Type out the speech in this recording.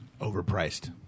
Overpriced